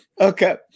Okay